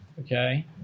Okay